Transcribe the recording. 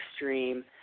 extreme